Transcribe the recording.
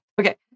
Okay